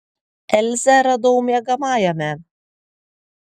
elzę radau miegamajame